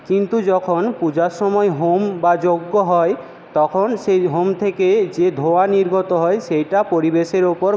কিন্তু যখন পূজার সময় হোম বা যজ্ঞ হয় তখন সেই হোম থেকে যে ধোঁয়া নির্গত হয় সেটা পরিবেশের উপর